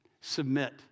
Submit